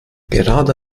gerade